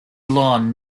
long